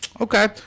okay